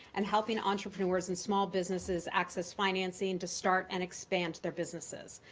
and helping entrepreneurs and small businesses access financing to start and expand their businesses.